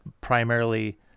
primarily